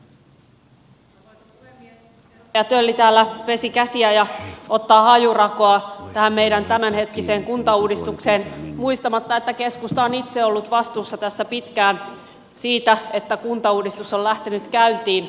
edustaja tölli täällä pesi käsiään ja ottaa hajurakoa tähän meidän tämänhetkiseen kuntauudistukseen muistamatta että keskusta on itse ollut vastuussa tässä pitkään siitä että kuntauudistus on lähtenyt käyntiin